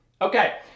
okay